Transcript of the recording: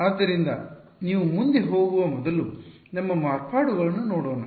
ಆದ್ದರಿಂದ ನೀವು ಮುಂದೆ ಹೋಗುವ ಮೊದಲು ನಮ್ಮ ಮಾರ್ಪಾಡುಗಳನ್ನು ನೋಡೋಣ